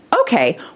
Okay